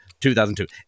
2002